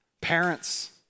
parents